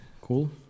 Cool